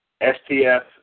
STF